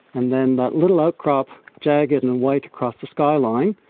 and then that little outcrop, jagged and and white across the skyline,